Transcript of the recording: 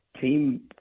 team